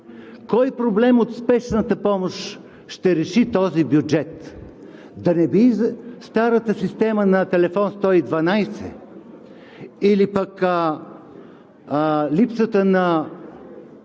Кой проблем от Спешната помощ ще реши този бюджет? Да не би старата система на телефон 112, или пък липсата на